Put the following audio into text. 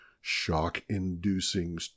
shock-inducing